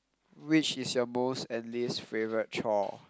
which is your most and least favourite chore